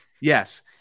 yes